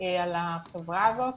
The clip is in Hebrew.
על החברה הזאת,